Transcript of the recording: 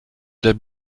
der